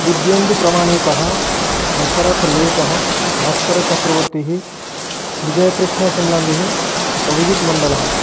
दिव्यन्दुप्रमाणिकः दशरथलेटः भास्करचक्रवर्ती विजयकृष्णशिम्लान्धिः अभिजित् मण्डलः